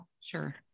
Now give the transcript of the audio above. Sure